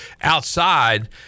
outside